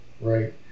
Right